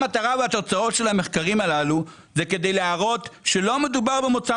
כל המטרה והתוצאות של המחקרים הללו היא כדי להראות שלא מדובר במוצר